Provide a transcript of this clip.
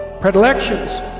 predilections